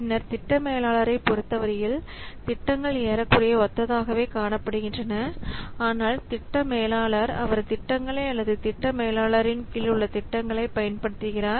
பின்னர் திட்ட மேலாளரைப் பொறுத்தவரையில் திட்டங்கள் ஏறக்குறைய ஒத்ததாகவே காணப்படுகின்றன ஆனால் திட்ட மேலாளர் அவர் திட்டங்களை அல்லது திட்ட மேலாளரின் கீழ் உள்ள திட்டங்களைப் பயன்படுத்துகிறார்